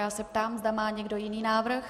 Já se ptám, zda má někdo jiný návrh.